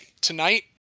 tonight